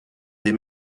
des